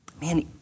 Man